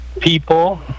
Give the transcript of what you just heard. people